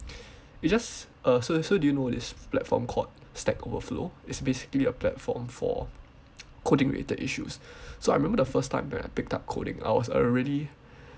it just uh so so do you know this platform called stack overflow it's basically a platform for coding related issues so I remembered the first time when I picked up coding I was already